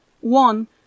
One